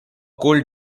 cold